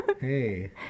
Hey